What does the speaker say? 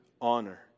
honor